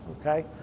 okay